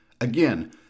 Again